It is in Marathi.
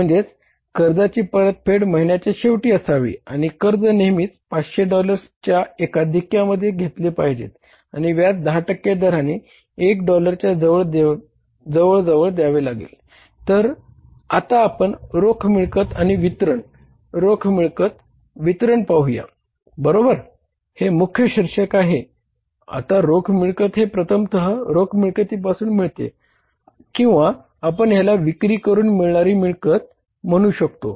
म्हणजे कर्जाची परतफेड महिन्याच्या शेवटी असावी आणि कर्ज नेहमीच 500 डॉलर्सच्या एकाधिकमध्ये म्हणू शकतो